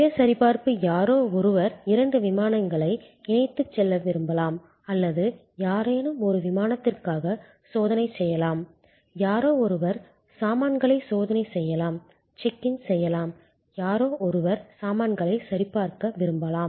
சுய சரிபார்ப்பு யாரோ ஒருவர் இரண்டு விமானங்களை இணைத்துச் செல்ல விரும்பலாம் அல்லது யாரேனும் ஒரு விமானத்திற்காகச் சோதனை செய்யலாம் யாரோ ஒருவர் சாமான்களை சோதனை செய்யாமல் செக் இன் செய்யலாம் யாரோ ஒருவர் சாமான்களைச் சரிபார்க்க விரும்பலாம்